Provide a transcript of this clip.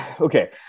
Okay